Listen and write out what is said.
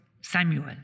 Samuel